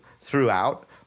throughout